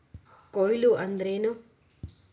ಕೊಯ್ಲು ಅಂದ್ರ ಏನ್?